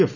F